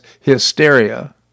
hysteria